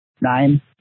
nine